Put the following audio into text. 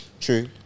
True